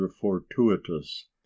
fortuitous